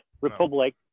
Republic